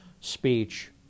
speech